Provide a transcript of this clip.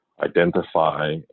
identify